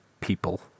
people